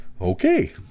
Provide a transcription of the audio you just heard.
Okay